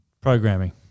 programming